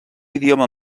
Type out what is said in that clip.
idioma